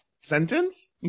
sentence